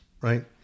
right